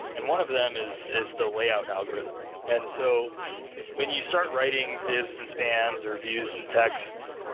and one of them is is the layout algorithm. and so when you start writing divs and spans or views and texts,